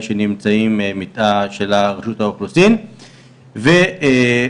שנמצאים מטעם רשות האוכלוסין וההגירה,